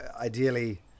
ideally